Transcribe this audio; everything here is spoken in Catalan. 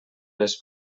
les